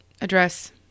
address